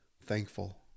thankful